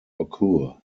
occur